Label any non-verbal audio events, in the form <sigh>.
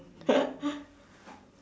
<laughs>